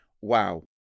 wow